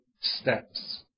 steps